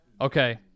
okay